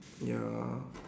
ya